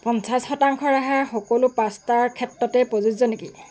পঞ্চাছ শতাংশ ৰেহাই সকলো পাস্তাৰ ক্ষেত্ৰতে প্ৰযোজ্য নেকি